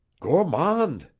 gourmand.